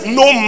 no